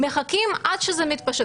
מחכים עד שזה מתפשט.